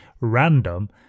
random